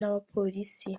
n’abapolisi